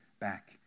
back